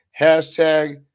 hashtag